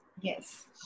Yes